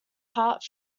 heart